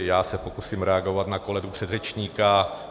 Já se pokusím reagovat na kolegu předřečníka.